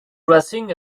racing